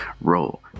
roll